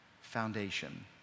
foundation